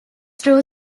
through